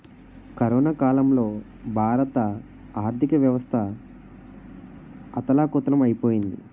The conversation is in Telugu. కరోనా కాలంలో భారత ఆర్థికవ్యవస్థ అథాలకుతలం ఐపోయింది